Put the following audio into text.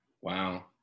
wow